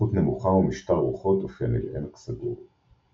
לחות נמוכה ומשטר רוחות אופייני לעמק סגור.